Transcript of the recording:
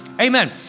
Amen